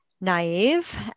naive